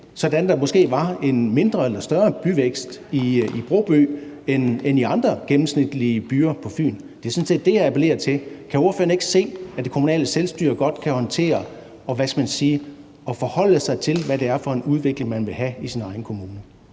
sådan at der måske var en mindre eller større byvækst i Broby end i andre gennemsnitlige byer på Fyn. Det er sådan set det, jeg appellerer til. Kan ordføreren ikke se, at det kommunale selvstyre godt kan håndtere at, hvad skal man sige, skulle forholde sig til, hvad det er for en udvikling, man vil have i sin egen kommune?